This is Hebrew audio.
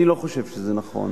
אני לא חושב שזה נכון,